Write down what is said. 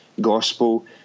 gospel